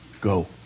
go